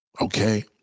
Okay